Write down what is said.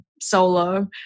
solo